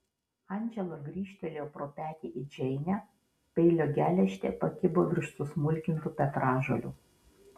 andžela grįžtelėjo pro petį į džeinę peilio geležtė pakibo virš susmulkintų petražolių